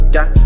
Got